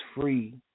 free